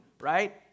right